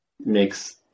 makes